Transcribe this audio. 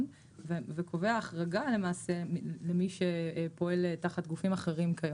ולמעשה קובע החרגה למי שפועל תחת גופים אחרים כיום.